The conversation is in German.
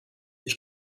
ich